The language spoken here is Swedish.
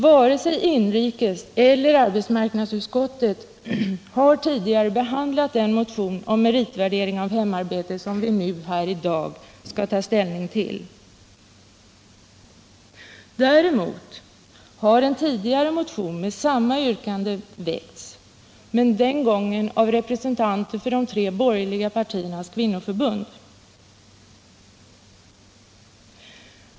Varken inrikeseller arbetsmarknadsutskottet har tidigare behandlat den motion om meritvärdering av hemarbete som vi nu skall ta ställning till. Däremot har en motion med samma yrkande tidigare väckts, men den gången av representanter för de tre borgerliga partiernas kvinnoförbund.